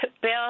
Bill